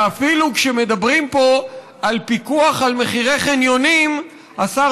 שאפילו כשמדברים פה על פיקוח על מחירי חניונים השר